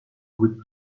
good